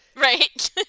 Right